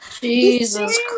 Jesus